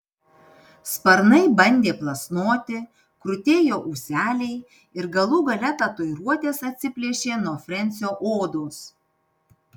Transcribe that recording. sparnai bandė plasnoti krutėjo ūseliai ir galų gale tatuiruotės atsiplėšė nuo frensio odos